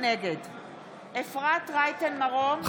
נגד אפרת רייטן מרום,